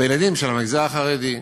בילדים של המגזר החרדי.